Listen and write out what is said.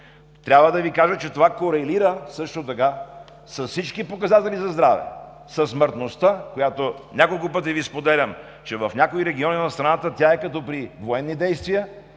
Трябва да Ви кажа, че това корелира също така с всички показатели за здраве, със смъртността. Няколко пъти Ви споделям, че в някои региони в страната тя е като при военни действия